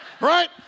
Right